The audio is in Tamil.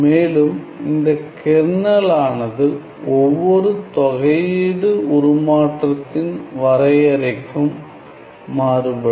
மேலும் இந்தக் கெர்னலானது ஒவ்வொரு தொகை உருமாற்றத்தின் வரையறைக்கும் மாறுபடும்